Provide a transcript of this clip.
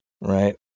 Right